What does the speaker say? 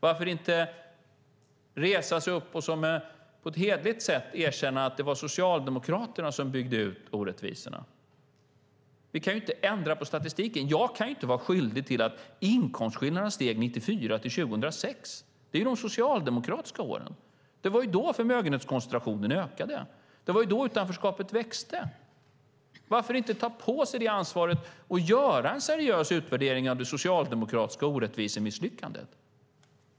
Varför inte resa sig upp och på ett hederligt sätt erkänna att det var Socialdemokraterna som byggde ut orättvisorna? Vi kan inte ändra på statistiken. Jag kan inte vara skyldig till att inkomstskillnaderna steg 1994-2006. Det är ju de socialdemokratiska åren. Det var då förmögenhetskoncentrationen ökade. Det var då utanförskapet växte. Varför inte ta på sig det ansvaret och göra en seriös utvärdering av det socialdemokratiska orättvisemisslyckandet?